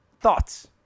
Thoughts